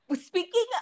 Speaking